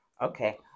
okay